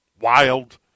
wild